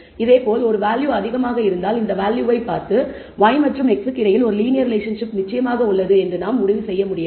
இதேபோல் ஒரு வேல்யூ அதிகமாக இருந்தால் அந்த வேல்யூவை பார்த்து y மற்றும் x க்கு இடையில் ஒரு லீனியர் ரிலேஷன்ஷிப் நிச்சயமாக உள்ளது என்று நாம் முடிவு செய்ய முடியாது